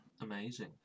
Amazing